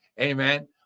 amen